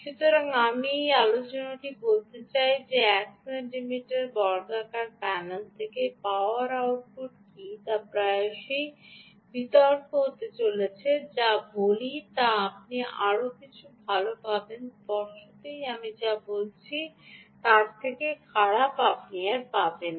সুতরাং আমি এই আলোচনাটি বলতে চাই যে 1 সেন্টিমিটার বর্গাকার প্যানেল থেকে পাওয়ার আউটপুট কী তা প্রায়শই বিতর্ক হতে চলেছে যা আমি বলি আপনি আরও ভাল কিছু পাবেন স্পষ্টতই আমি যা বলছি তার থেকে খারাপ আপনি আর পাবেন না